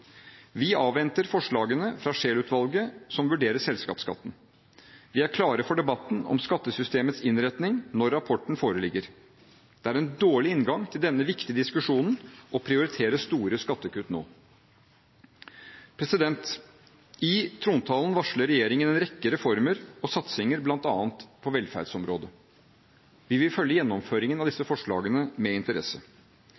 Vi avventer forslagene fra Scheelutvalget som vurderer selskapsskatten. Vi er klare for debatten om skattesystemets innretning når rapporten foreligger. Det er en dårlig inngang til denne viktige diskusjonen å prioritere store skattekutt nå. I trontalen varsler regjeringen en rekke reformer og satsinger, bl.a. på velferdsområdet. Vi vil følge gjennomføringen av